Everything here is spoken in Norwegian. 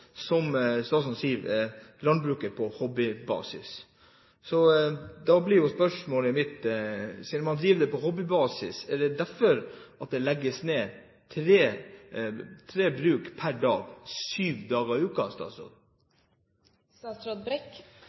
som statsråden sier, landbruket på hobbybasis. Da blir spørsmålet mitt: Siden man driver det på hobbybasis, er det derfor det legges ned tre bruk per dag syv dager